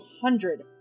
hundred